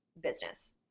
business